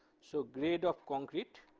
so grade of concrete,